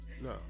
No